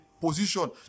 position